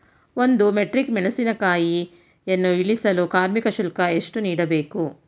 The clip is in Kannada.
ಒಂದು ಮೆಟ್ರಿಕ್ ಮೆಣಸಿನಕಾಯಿಯನ್ನು ಇಳಿಸಲು ಕಾರ್ಮಿಕ ಶುಲ್ಕ ಎಷ್ಟು ನೀಡಬೇಕು?